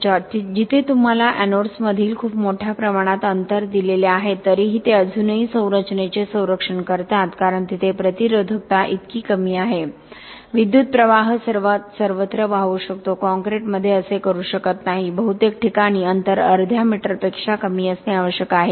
George जिथे तुम्हाला anodes मधील खूप मोठ्या प्रमाणात अंतर दिलेले आहेत तरीही ते अजूनही संरचनेचे संरक्षण करतात कारण तिथे प्रतिरोधकता इतकी कमी आहे विद्युत प्रवाह सर्वत्र वाहू शकतो काँक्रीटमध्ये असे करू शकत नाही बहुतेक ठिकाणी अंतर अर्ध्या मीटरपेक्षा कमी असणे आवश्यक आहे